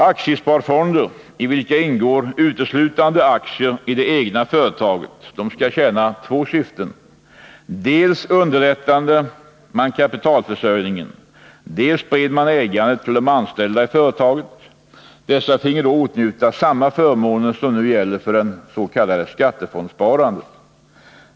Aktiesparfonder i vilka ingår uteslutande aktier i det egna företaget skulle tjäna två syften: dels underlättade man kapitalförsörjningen, dels spred man ägandet till de anställda i företaget. Dessa finge åtnjuta samma förmåner som nu gäller för det s.k. skattefondssparandet.